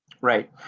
Right